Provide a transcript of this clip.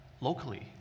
locally